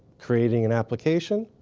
creating an application,